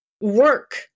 work